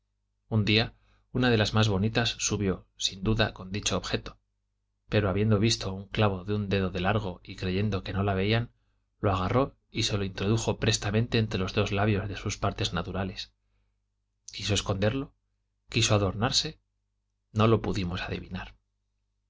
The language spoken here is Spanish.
un día una de las más bonitas subió sin duda con dicho objeto pero habiendo visto un clavo de un dedo de largo y creyendo que no la veían lo agarró y se lo introdujo prestamente entre los dos labios de sus partes naturales quiso esconderlo quiso adornarse no lo pudimos adivinar